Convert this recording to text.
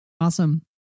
Awesome